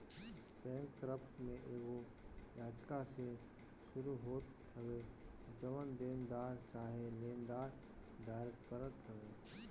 bankrupt में एगो याचिका से शुरू होत हवे जवन देनदार चाहे लेनदार दायर करत हवे